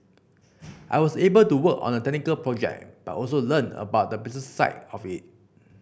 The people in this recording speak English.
I was able to work on a technical project but also learn about the business side of it